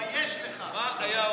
חבר הכנסת קרעי,